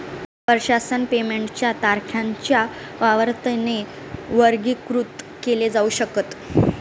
वर्षासन पेमेंट च्या तारखांच्या वारंवारतेने वर्गीकृत केल जाऊ शकत